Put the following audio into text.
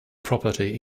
property